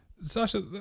Sasha